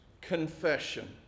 confession